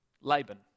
Laban